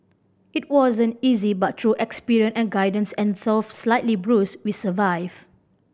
it wasn't easy but through experience and guidance and though slightly bruised we survive